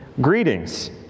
greetings